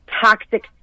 toxic